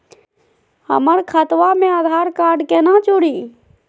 हमर खतवा मे आधार कार्ड केना जुड़ी?